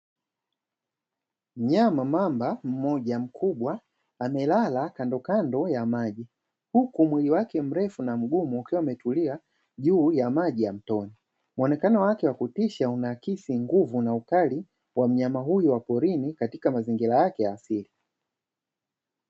Mnyama mamba mmoja mkubwa amelala kandokando ya maji, huku mwili wake mrefu na mgumu akiwa ametulia juu ya maji ya mtoni. Muonekano wake wakutisha unaakisi nguvu na ukali wa mnyama huyo wa porini katika mazingira yake ya asili.